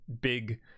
big